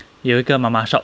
有一个 mama shop